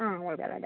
ആ വരാം വരാം